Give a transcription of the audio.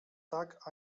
tak